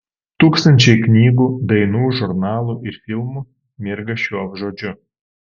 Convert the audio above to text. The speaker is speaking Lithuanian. tūkstančiai knygų dainų žurnalų ir filmų mirga šiuo žodžiu